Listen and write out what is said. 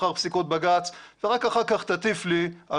אחר פסיקות בג"צ ורק אחר כך תטיף לי על